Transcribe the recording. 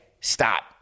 Stop